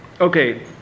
okay